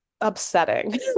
upsetting